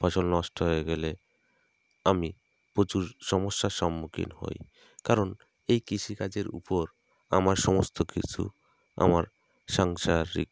ফসল নষ্ট হয়ে গেলে আমি প্রচুর সমস্যার সম্মুখীন হই কারণ এই কৃষিকাজের উপর আমার সমস্ত কিছু আমার সাংসারিক